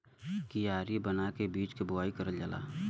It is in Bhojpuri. कियारी बना के बीज के बोवाई करल जाला